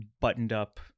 buttoned-up –